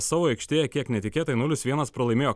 savo aikštėje kiek netikėtai nulis vienas pralaimėjo